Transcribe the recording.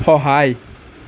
সহায়